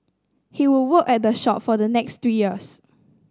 he would work at the shore for the next three years